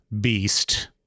Beast